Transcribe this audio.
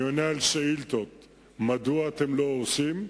עונה על שאילתות מדוע אתם לא הורסים,